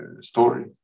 story